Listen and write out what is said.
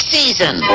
season